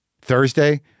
Thursday